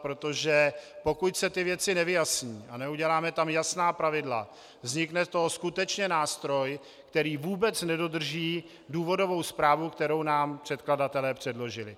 Protože pokud se ty věci nevyjasní a neuděláme tam jasná pravidla, vznikne z toho skutečně nástroj, který vůbec nedodrží důvodovou zprávu, kterou nám předkladatelé předložili.